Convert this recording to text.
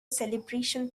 celebration